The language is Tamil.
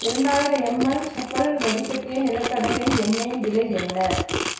இரண்டாயிரம் எம்எல் சஃபல் வடிகட்டிய நிலக்கடலை எண்ணெய் விலை என்ன